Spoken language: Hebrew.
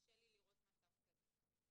קשה לי לראות מצב כזה.